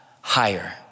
higher